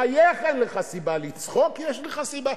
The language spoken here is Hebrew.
לחייך אין לך סיבה, לצחוק יש לך סיבה?